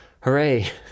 hooray